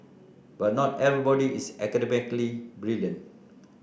but not everybody is academically brilliant